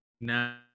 now